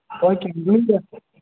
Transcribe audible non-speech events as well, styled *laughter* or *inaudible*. okay ma'am *unintelligible*